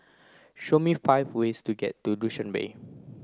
show me five ways to get to Dushanbe